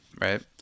right